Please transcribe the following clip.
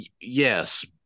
Yes